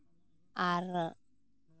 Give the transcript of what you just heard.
ᱟᱨ